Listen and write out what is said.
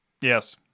yes